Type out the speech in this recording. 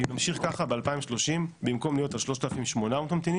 ואם נמשיך ככה ב-2030 במקום להיות על 3,800 ממתינים